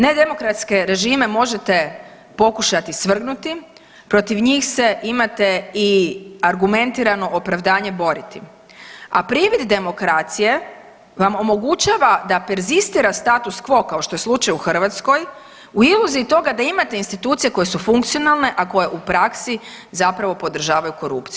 Nedemokratske režime možete pokušati svrgnuti, protiv njih se imate i argumentirano opravdanje boriti, a privid demokracije vam omogućava da perzistira status quo kao što je slučaj u Hrvatskoj u iluziji toga da imate institucije koje su funkcionalne, a koje u praksi zapravo podržavaju korupciju.